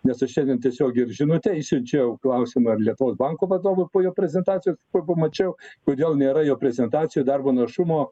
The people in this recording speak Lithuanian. nes aš šiandien tiesiogiai ir žinute išsiunčiau klausimą ar lietuvos banko vadovui po jo prezentacijos po pamačiau kodėl nėra jo prezentacijų darbo našumo